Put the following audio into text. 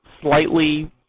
slightly